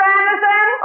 Anderson